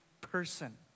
person